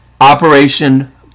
Operation